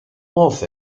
modd